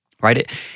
right